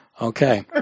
Okay